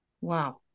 Wow